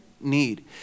need